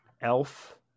Elf